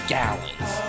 gallons